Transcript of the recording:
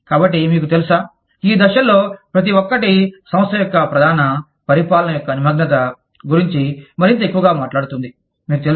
కాబట్టి మీకు తెలుసా ఈ దశల్లో ప్రతి ఒక్కటి సంస్థ యొక్క ప్రధాన పరిపాలన యొక్క నిమగ్నత గురించి మరింత ఎక్కువగా మాట్లాడుతుంది మీకు తెలుసు